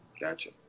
Gotcha